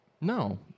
No